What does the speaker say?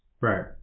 right